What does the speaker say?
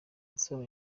nsaba